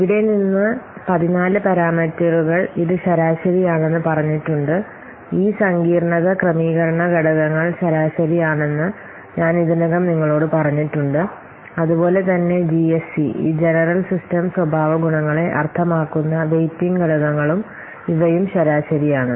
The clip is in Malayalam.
ഇവിടെ നിന്ന് 14 പാരാമീറ്ററുകൾ ഇത് ശരാശരിയാണെന്ന് പറഞ്ഞിട്ടുണ്ട് ഈ സങ്കീർണ്ണത ക്രമീകരണ ഘടകങ്ങൾ ശരാശരിയാണെന്ന് ഞാൻ ഇതിനകം നിങ്ങളോട് പറഞ്ഞിട്ടുണ്ട് അതുപോലെ തന്നെ ജിഎസ്സി ഈ ജനറൽ സിസ്റ്റം സ്വഭാവഗുണങ്ങളെ അർത്ഥമാക്കുന്ന വെയ്റ്റിംഗ് ഘടകങ്ങളും ഇവയും ശരാശരിയാണ്